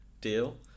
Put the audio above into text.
deal